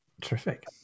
Terrific